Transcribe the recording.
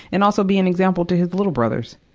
and also be an example to his little brother.